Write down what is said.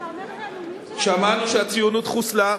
אתה אומר שהנאומים שלנו, שמענו שהציונות חוסלה,